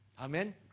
Amen